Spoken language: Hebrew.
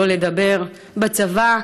שלא לדבר על הצבא,